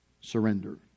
surrender